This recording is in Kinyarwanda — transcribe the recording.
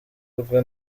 rwe